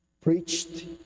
preached